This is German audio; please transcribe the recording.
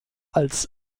als